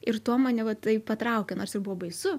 ir tuo mane va taip patraukė nors ir buvo baisu